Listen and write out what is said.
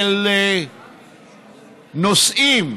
של נוסעים